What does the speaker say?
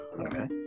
okay